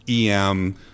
EM